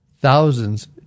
thousands